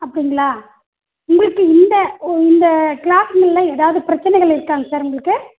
அப்படிங்களா உங்களுக்கு இந்த உங்கள் க்ளாஸில் ஏதாவது பிரச்சனைகள் இருக்காங்க சார் உங்களுக்கு